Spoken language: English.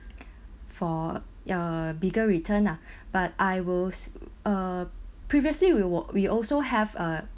for a bigger returned ah but I was uh previously we were we also have a